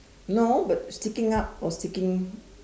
no but sticking up or sticking